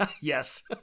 Yes